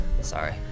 Sorry